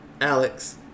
Alex